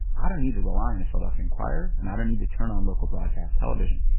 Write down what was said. i don't need to rely on the philadelphia inquirer, and i don't need to turn on local broadcast television.